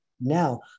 now